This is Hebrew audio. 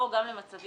או גם למצבים